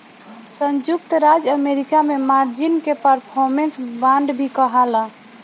संयुक्त राज्य अमेरिका में मार्जिन के परफॉर्मेंस बांड भी कहाला